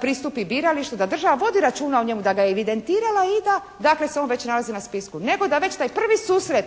pristupi biralištu da država vodi računa o njemu, da ga evidentirala i da dakle se on već nalazi na spisku nego već da taj prvi susret